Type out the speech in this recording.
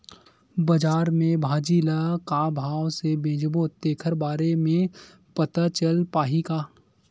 बजार में भाजी ल का भाव से बेचबो तेखर बारे में पता चल पाही का?